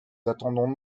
attendons